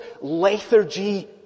lethargy